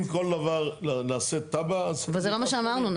אם כל דבר נעשה תב"ע --- אבל זה לא מה שאמרנו.